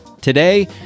Today